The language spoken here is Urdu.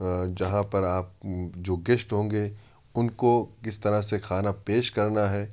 جہاں پر آپ جو گیسٹ ہوں گے ان کو کس طرح سے کھانا پیش کرنا ہے